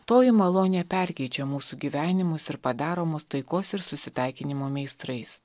toji malonė perkeičia mūsų gyvenimus ir padaro mus taikos ir susitaikinimo meistrais